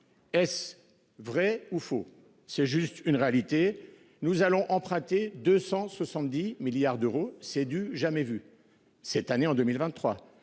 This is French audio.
Est-ce vrai ou faux. C'est juste une réalité nous allons emprunter 270 milliards d'euros. C'est du jamais vu cette année en 2023